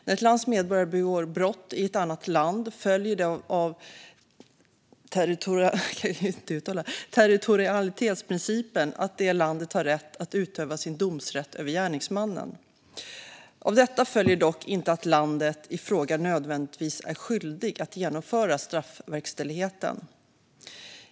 När ett lands medborgare begår brott i ett annat land följer det av territorialitetsprincipen att det landet har rätt att utöva sin domsrätt över gärningsmannen. Av detta följer dock inte att landet ifråga nödvändigtvis är skyldigt att genomföra straffverkställigheten.